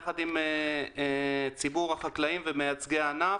יחד עם ציבור החקלאים ומייצגי הענף,